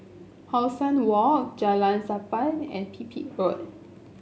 How Sun Walk Jalan Sappan and Pipit Road